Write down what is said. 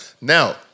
Now